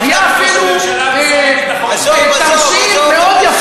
הפרסום היה,